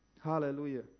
Hallelujah